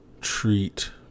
treat